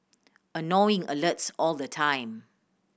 annoying alerts all the time